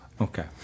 Okay